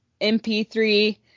MP3